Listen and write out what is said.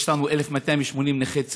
יש לנו 1,280 נכי צה"ל,